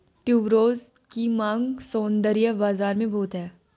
tuberose की मांग सौंदर्य बाज़ार में बहुत है